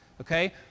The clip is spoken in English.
okay